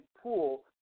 pool